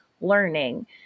learning